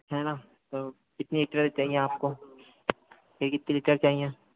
है ना तो कितने ट्रे चाहिए आपको की पूरी चाहिए